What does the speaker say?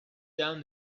down